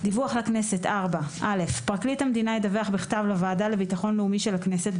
דיווח לכנסת פרקליט המדינה ידווח בכתב לוועדה לביטחון לאומי של הכנסת,